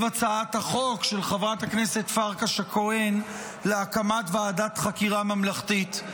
הצעת החוק של חברת הכנסת פרקש הכהן להקמת ועדת חקירה ממלכתית.